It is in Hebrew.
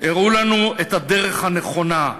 הראו לנו את הדרך הנכונה,